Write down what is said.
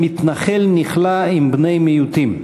בנושא: כליאת מתנחל עם בני-מיעוטים.